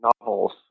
novels